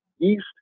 east